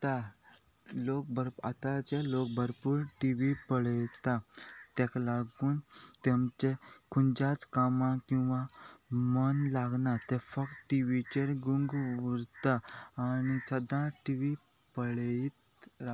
लोक ब आताचे लोक भरपूर टी वी पळता तेका लागून तेमचे खंयचेच कामाक मन लागना ते फक्त टी वीचेर गूंग उरता आनी सदां टी वी पळयत रावता